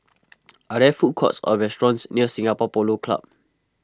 are there food courts or restaurants near Singapore Polo Club